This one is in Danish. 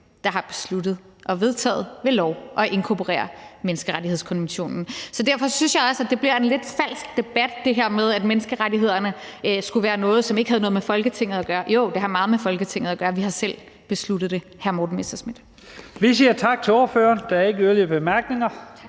der har besluttet og vedtaget ved lov at inkorporere menneskerettighedskonventionen. Derfor synes jeg også, det bliver en lidt falsk debat, at menneskerettighederne skulle være noget, som ikke har noget med Folketinget at gøre. Jo, det har meget med Folketinget at gøre – vi har selv besluttet det, hr. Morten Messerschmidt. Kl. 15:26 Første næstformand (Leif Lahn Jensen): Vi siger